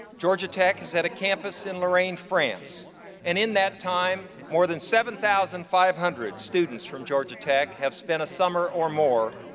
georgia has had a campus in lorraine, france and in that time, more than seven thousand five hundred students from georgia tech have spent a summer or more,